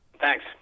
Thanks